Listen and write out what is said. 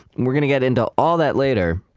we're going to get into all that later.